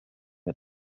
wir